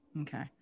okay